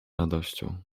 radością